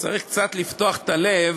צריך קצת לפתוח את הלב